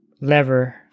lever